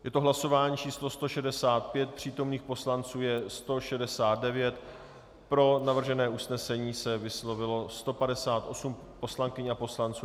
Je to hlasování číslo 165, přítomných poslanců je 169, pro navržené usnesení se vyslovilo 158 poslankyň a poslanců.